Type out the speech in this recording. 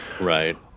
Right